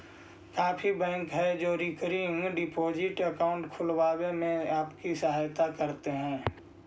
काफी बैंक हैं जो की रिकरिंग डिपॉजिट अकाउंट खुलवाने में आपकी सहायता करते हैं